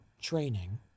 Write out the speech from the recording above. training